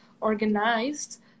organized